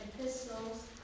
epistles